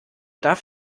darf